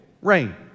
Rain